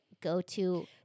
go-to